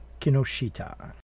Kinoshita